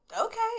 okay